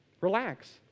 relax